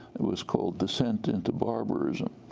it was called descent into barbarism.